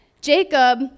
Jacob